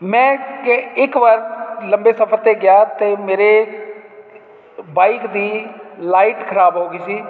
ਮੈਂ ਕੇ ਇੱਕ ਵਾਰ ਲੰਬੇ ਸਫ਼ਰ 'ਤੇ ਗਿਆ ਅਤੇ ਮੇਰੇ ਬਾਈਕ ਦੀ ਲਾਈਟ ਖ਼ਰਾਬ ਹੋ ਗਈ ਸੀ